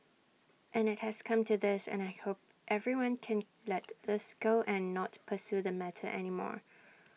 and IT has come to this and I hope everyone can let this go and not pursue the matter anymore